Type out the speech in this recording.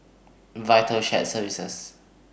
Vital Shared Services